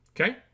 okay